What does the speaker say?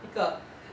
一个